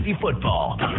football